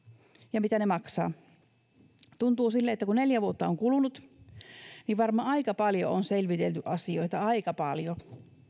ja mitä ne maksavat tuntuu sille että kun neljä vuotta on kulunut niin varmaan aika paljon on selvitelty asioita aika paljon